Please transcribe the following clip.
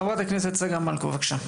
חברת הכנסת צגה מלקו, בבקשה.